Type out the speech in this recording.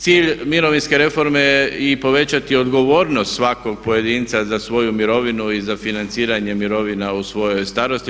Cilj mirovinske reforme je i povećati odgovornost svakog pojedinca za svoju mirovinu i za financiranje mirovina u svojoj starosti.